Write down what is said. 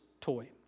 toy